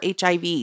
HIV